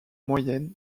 moyenne